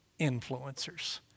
influencers